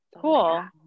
Cool